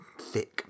thick